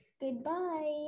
Goodbye